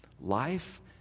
life